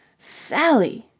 sally!